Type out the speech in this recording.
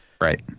Right